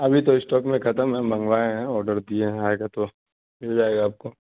ابھی تو اسٹاک میں ختم ہے منگوائے ہیں آرڈر کیے ہیں آئے گا تو مل جائے گا آپ کو